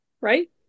right